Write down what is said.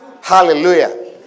Hallelujah